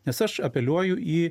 nes aš apeliuoju į